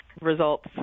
results